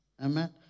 Amen